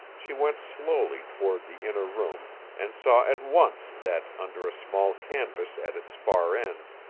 she went slowly toward the inner room and saw at once that, under a small canvas at its far end,